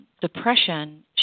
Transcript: depression